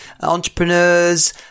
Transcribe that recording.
entrepreneurs